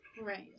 Right